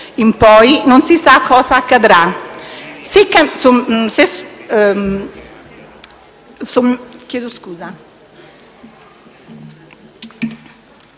in poi, non si sa cosa accadrà.